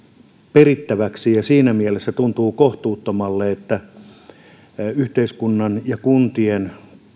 perittäväksi ja siinä mielessä tuntuu kohtuuttomalle että yhteiskunnan ja kuntien